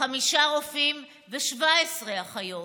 חמישה רופאים ו-17 אחיות.